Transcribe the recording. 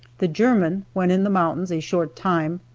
the german, when in the mountains a short time,